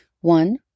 One